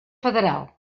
federal